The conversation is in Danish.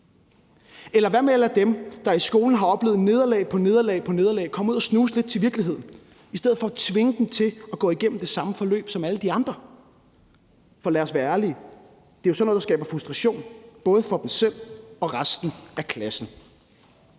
Eller hvad med at lade dem, der i skolen har oplevet nederlag på nederlag, komme ud at snuse lidt til virkeligheden i stedet for at tvinge dem til at gå igennem det samme forløb som alle de andre? For lad os være ærlige: Det er jo sådan noget, der skaber frustration, både for dem selv og resten af klassen.